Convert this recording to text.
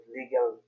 legal